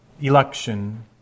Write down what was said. election